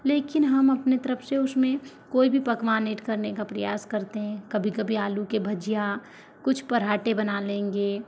लेकिन हम अपनी तरफ से उसमें कोई भी पकवान ऐड करने का प्रयास करते हैं कभी कभी आलू के भजिया कुछ पराठें बना लेंगे